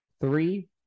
three